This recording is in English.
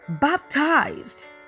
baptized